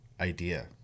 idea